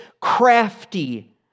crafty